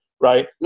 right